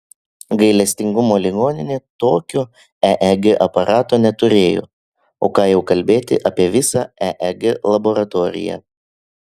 gailestingumo ligoninė tokio eeg aparato neturėjo o ką jau kalbėti apie visą eeg laboratoriją